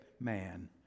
man